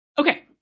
Okay